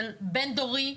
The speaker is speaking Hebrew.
של בן דורי,